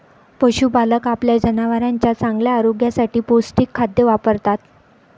पशुपालक आपल्या जनावरांच्या चांगल्या आरोग्यासाठी पौष्टिक खाद्य वापरतात